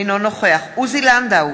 אינו נוכח עוזי לנדאו,